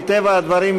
מטבע הדברים,